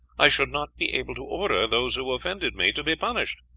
i should not be able to order those who offended me to be punished.